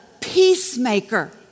peacemaker